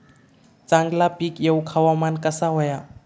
चांगला पीक येऊक हवामान कसा होया?